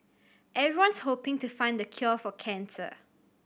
everyone's hoping to find the cure for cancer